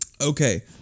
Okay